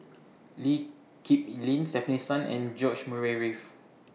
Lee Kip Lin Stefanie Sun and George Murray Reith